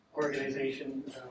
organization